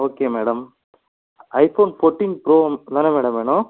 okay madam iPhone fourteen pro இதானே madam வேணும்